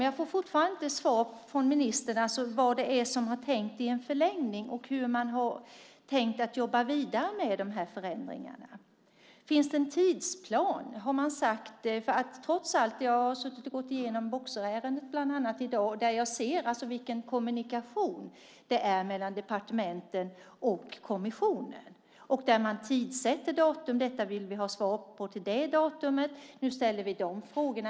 Jag får fortfarande inte svar från ministern på frågan om vad man har tänkt sig i en förlängning och hur man har tänkt jobba vidare med de här förändringarna. Finns det en tidsplan? Jag har suttit och gått igenom bland annat Boxerärendet i dag och ser vilken kommunikation det är mellan departementen och kommissionen. Man tidsbestämmer när man vill ha svar på de frågor som man ställer.